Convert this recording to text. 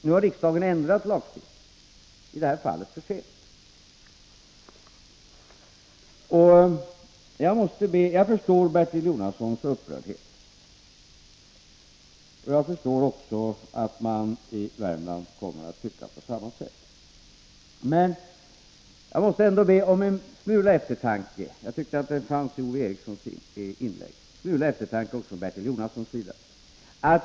Nu har riksdagen ändrat lagstiftningen, i det här fallet för sent. Jag förstår Bertil Jonassons upprördhet, och jag förstår också att man i — Nr 18 Värmland kommer att tycka på samma sätt som han. Men jag måste ändå be Måndagen den om en smula eftertanke — jag tyckte att det gavs uttryck för det i Ove — 7 november 1983 Erikssons inlägg — också från Bertil Jonassons sida.